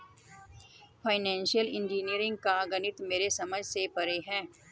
financial engineering का गणित मेरे समझ से परे है